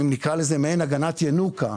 אם נקרא לזה מעין הגנת ינוקא,